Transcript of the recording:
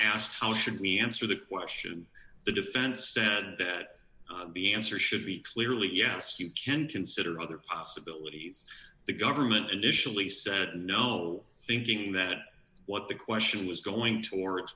asked how should we answer the question and the defense said that the answer should be clearly yes you can consider other possibilities the government initially said no thinking that what the question was going to